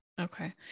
Okay